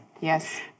Yes